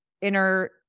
inner